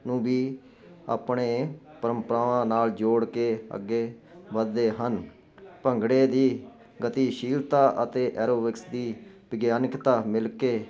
ਨੂੰ ਵੀ ਆਪਣੇ ਪਰੰਪਰਾਵਾਂ ਨਾਲ ਜੋੜ ਕੇ ਅੱਗੇ ਵਧਦੇ ਹਨ ਭੰਗੜੇ ਦੀ ਗਤੀਸ਼ੀਲਤਾ ਅਤੇ ਐਰੋਬਿਕਸ ਦੀ ਵਿਗਿਆਨਿਕਤਾ ਮਿਲਕੇ